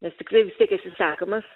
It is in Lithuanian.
nes tikrai vis tiek esi sekamas